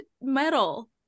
metal